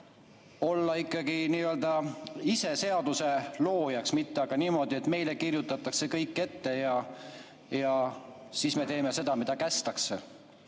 olla ikkagi ise seaduse loojaks, mitte aga niimoodi, et meile kirjutatakse kõik ette ja siis me teeme seda, mida kästakse?